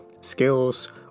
skills